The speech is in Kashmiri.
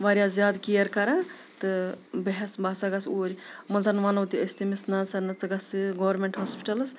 واریاہ زیادٕ کیر کَران تہٕ بہٕ ہٮ۪س بہٕ ہَسا گژھٕ اوٗرۍ منٛزٕ زَن وَنو تہِ أسۍ تٔمِس نہ سہَ نہ ژٕ گژھٕ گورمینٹ ہاسپِٹَلَس